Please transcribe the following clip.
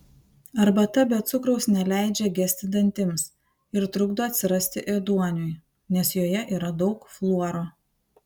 arbata be cukraus neleidžia gesti dantims ir trukdo atsirasti ėduoniui nes joje yra daug fluoro